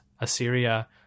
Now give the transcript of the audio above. Assyria